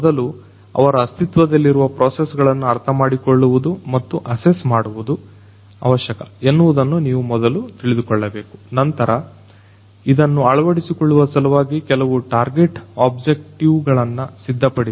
ಮೊದಲು ಅವರ ಅಸ್ತಿತ್ವದಲ್ಲಿರುವ ಪ್ರೊಸೆಸ್ಗಳನ್ನ ಅರ್ಥಮಾಡಿಕೊಳ್ಳುವುದು ಮತ್ತು ಅಸೆಸ್ ಮಾಡುವುದು ಅವಶ್ಯಕ ಎನ್ನುವುದನ್ನ ನೀವು ಮೊದಲು ತಿಳಿದುಕೊಳ್ಳಬೇಕು ನಂತರ ಇದನ್ನ ಅಳವಡಿಸಿಕೊಳ್ಳುವ ಸಲುವಾಗಿ ಕೆಲವು ಟಾರ್ಗೆಟ್ ಆಬ್ಜೆಕ್ಟಿವ್ಗಳನ್ನ ಸಿದ್ಧಪಡಿಸಿ